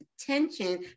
attention